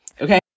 okay